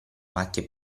macchie